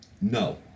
No